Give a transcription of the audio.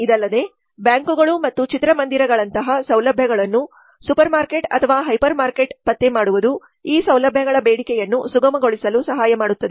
ಇದಲ್ಲದೆ ಬ್ಯಾಂಕುಗಳು ಮತ್ತು ಚಿತ್ರಮಂದಿರಗಳಂತಹ ಸೌಲಭ್ಯಗಳನ್ನು ಸೂಪರ್ಮಾರ್ಕೆಟ್ ಅಥವಾ ಹೈಪರ್ಮಾರ್ಕೆಟ್ಗಳಿಗೆ ಪತ್ತೆ ಮಾಡುವುದು ಈ ಸೌಲಭ್ಯಗಳ ಬೇಡಿಕೆಯನ್ನು ಸುಗಮಗೊಳಿಸಲು ಸಹಾಯ ಮಾಡುತ್ತದೆ